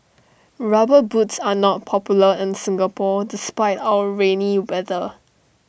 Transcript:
rubber boots are not popular in Singapore despite our rainy weather